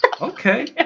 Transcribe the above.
okay